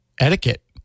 etiquette